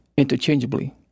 Interchangeably